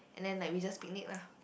and then like we just picnic lah